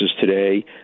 today